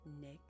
Nick